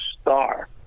star